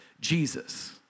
Jesus